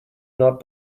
not